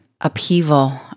upheaval